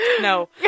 no